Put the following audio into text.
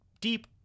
deep